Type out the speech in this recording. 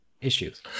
issues